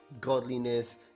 godliness